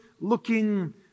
looking